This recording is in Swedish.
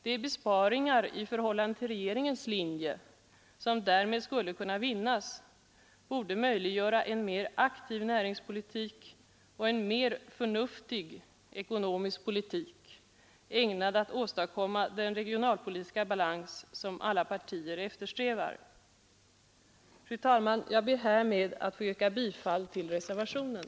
De besparingar i förhållande till regeringens linje som därmed skulle kunna göras borde möjliggöra en mer aktiv näringspolitik och en mer förnuftig ekonomisk politik, ägnad att åstadkomma den regionalpolitiska balans som alla partier eftersträvar. Fru talman! Jag ber härmed att få yrka bifall till reservationen.